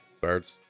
Birds